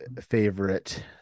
favorite